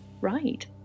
Right